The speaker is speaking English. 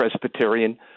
Presbyterian